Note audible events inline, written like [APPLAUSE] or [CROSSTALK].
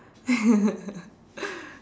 [LAUGHS]